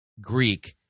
Greek